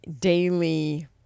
daily